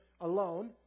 alone